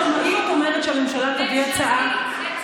אז אם את אומרת שהממשלה תביא הצעה, ממשלתית.